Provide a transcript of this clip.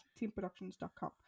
teamproductions.com